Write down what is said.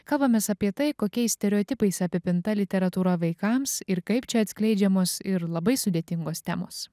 kalbamės apie tai kokiais stereotipais apipinta literatūra vaikams ir kaip čia atskleidžiamos ir labai sudėtingos temos